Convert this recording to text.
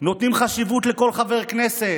נותנים חשיבות לכל חבר כנסת: